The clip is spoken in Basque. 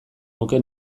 nuke